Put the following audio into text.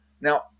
Now